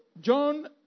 John